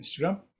Instagram